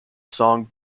song